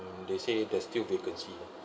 they say there's still vacancy lah